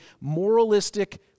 moralistic